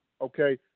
Okay